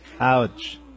Ouch